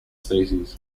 species